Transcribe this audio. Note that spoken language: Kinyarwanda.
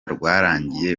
rwarangiye